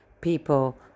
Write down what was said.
people